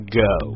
go